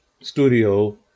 Studio